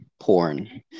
porn